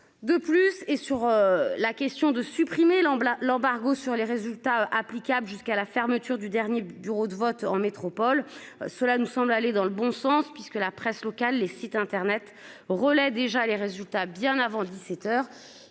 De plus et sur la question de supprimer Lamblin l'embargo sur les résultats applicable jusqu'à la fermeture du dernier bureau de vote en métropole, cela nous semble aller dans le bon sens puisque la presse locale, les sites Internet Relay déjà les résultats, bien avant 17h,